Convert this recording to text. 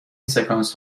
سکانس